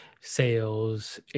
sales